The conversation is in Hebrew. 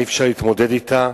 אי-אפשר להתמודד אתה.